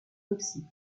toxique